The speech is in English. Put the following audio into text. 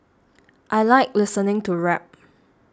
I like listening to rap